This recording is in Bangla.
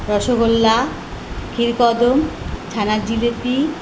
রসগোল্লা ক্ষীরকদম ছানার জিলিপি